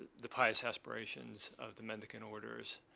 the pious aspirations of the mendicant orders.